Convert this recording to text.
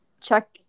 check